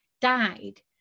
died